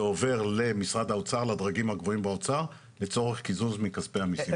זה עובר לדרגים הגבוהים במשרד האוצר לצורך קיזוז מכספי המדינה.